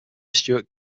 stewart